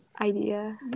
idea